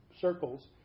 circles